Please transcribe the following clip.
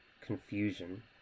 confusion